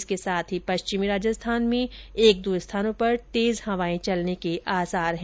इसके साथ ही पश्चिमी राजस्थान में एक दो स्थानों पर तेज हवायें चलने के आसार हैं